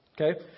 Okay